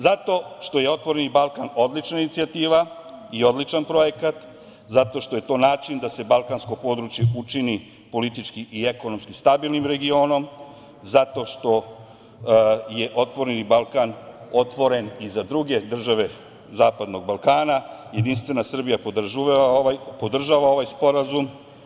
Zato što je „Otvoreni Balkan“ odlična inicijativa i odličan projekat, zato što je to način da se balkansko područje učini politički i ekonomski stabilnim regionom, zato što je „Otvoreni Balkan“ otvoren i za druge države zapadnog Balkana Jedinstvena Srbija podržava ovaj sporazum.